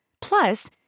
Plus